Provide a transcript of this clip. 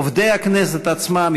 עובדי הכנסת עצמם,